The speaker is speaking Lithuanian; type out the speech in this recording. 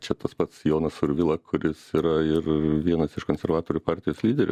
čia tas pats jonas survila kuris yra ir vienas iš konservatorių partijos lyderių